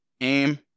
aim